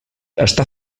està